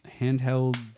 Handheld